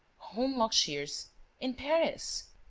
holmlock shears in paris!